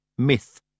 Myth